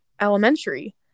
elementary